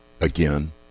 Again